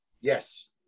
Yes